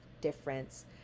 difference